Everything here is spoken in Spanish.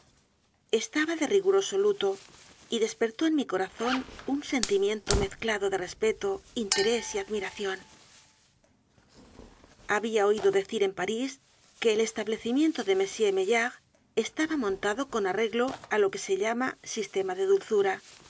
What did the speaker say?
estaba de riguroso l u t o y despertó en mi corazón un sentimiento mezclado de respeto interés y admiración habia oido decir en parís que el establecimiento de m maillard estaba montado con arreglo á lo que se llama sistema de dulzura